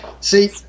See